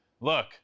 Look